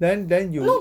then then you